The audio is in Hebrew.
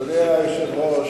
אדוני היושב-ראש,